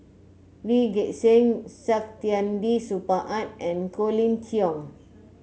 Lee Gek Seng Saktiandi Supaat and Colin Cheong